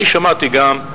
שמעתי גם,